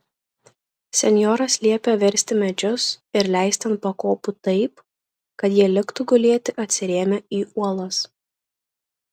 senjoras liepė versti medžius ir leisti ant pakopų taip kad jie liktų gulėti atsirėmę į uolas